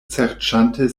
serĉante